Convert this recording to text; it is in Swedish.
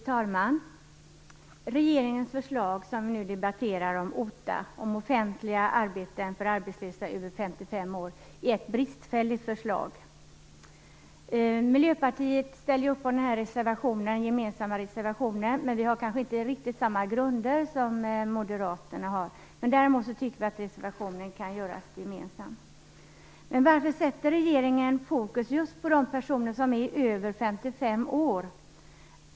Fru talman! Regeringens förslag om OTA, offentliga arbeten för arbetslösa över 55 år, som vi nu debatterar, är ett bristfälligt förslag. Miljöpartiet ställer upp på den gemensamma reservationen. Vi avger den kanske inte på riktigt samma grunder som Moderaterna. Men vi tycker ändå att den kan avges gemensamt. Varför fokuserar regeringen just på de personer som är över 55 år?